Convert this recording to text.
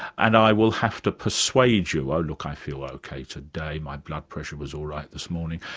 and i will have to persuade you, oh look, i feel ok today, my blood pressure was all right this morning',